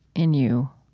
in you,